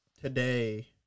today